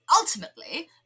Ultimately